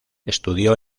estudió